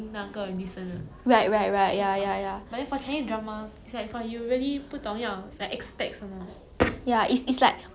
ya it's it's like okay lah I mean they they do promote like on the poster they will put the two main character how to say the